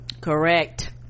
correct